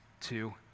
Two